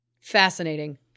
fascinating